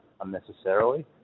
unnecessarily